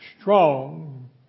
strong